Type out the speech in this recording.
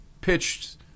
pitched